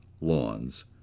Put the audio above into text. lawns